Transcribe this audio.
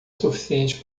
suficiente